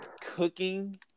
cooking